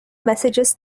messages